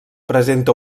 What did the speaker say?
presenta